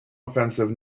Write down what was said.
offensive